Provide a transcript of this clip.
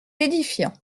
édifiant